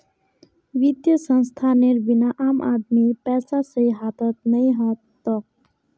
वित्तीय संस्थानेर बिना आम आदमीर पैसा सही हाथत नइ ह तोक